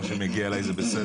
מה שמגיע אלי זה בסדר,